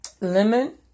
lemon